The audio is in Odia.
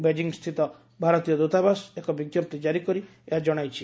ବେଙ୍କିଂସ୍ଥିତ ଭାରତୀୟ ଦୂତାବାସ ଏକ ବିଞ୍ଜପ୍ତି ଜାରି କରି ଏହା ଜଣାଇଛି